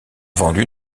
vendues